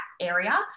area